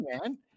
man